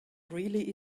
really